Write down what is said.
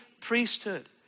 priesthood